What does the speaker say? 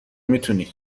میتونی